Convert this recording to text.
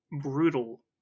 brutal